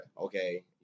Okay